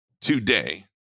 today